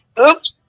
oops